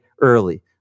early